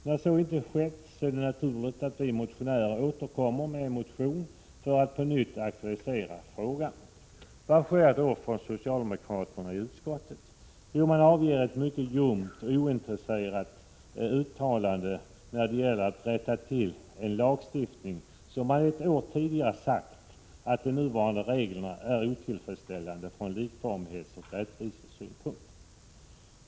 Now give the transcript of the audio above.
När så inte skett är det naturligt att vi motionärer återkommer för att på nytt aktualisera frågan. Vad gör då socialdemokraterna i utskottet? Jo, de avger ett mycket ljumt och ointresserat uttalande när det gäller att rätta till en lagstiftning, som de ett år tidigare sagt är otillfredsställande från likformighetsoch rättvisesynpunkt.